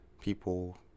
people